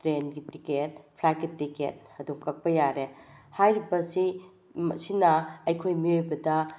ꯇ꯭ꯔꯦꯟꯒꯤ ꯇꯤꯛꯀꯦꯠ ꯐ꯭ꯂꯥꯏꯠꯀꯤ ꯇꯤꯛꯀꯦꯠ ꯑꯗꯨꯝ ꯀꯛꯄ ꯌꯥꯔꯦ ꯍꯥꯏꯔꯤꯕꯁꯤ ꯑꯁꯤꯅ ꯑꯩꯈꯣꯏ ꯃꯤꯑꯣꯏꯕꯗ